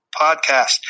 podcast